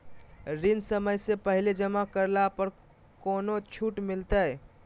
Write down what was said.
ऋण समय से पहले जमा करला पर कौनो छुट मिलतैय?